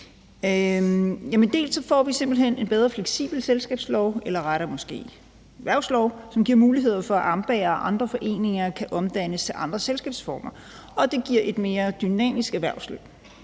Dels får vi simpelt hen en mere fleksibel selskabslov eller måske rettere erhvervslov, som giver mulighed for, at a.m.b.a.'er og andre foreninger kan omdannes til andre selskabsformer, og det giver også et mere dynamisk erhvervsliv.